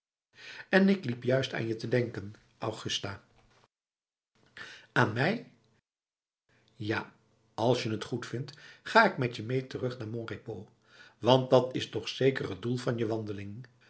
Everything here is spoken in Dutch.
en ik liep juist aan je te denken augusta aan mij ja als je t goedvindt ga ik met je mee terug naar mon repos want dat is toch zeker t doel van je wandeling